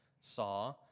saw